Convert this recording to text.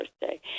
birthday